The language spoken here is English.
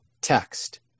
text